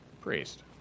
priest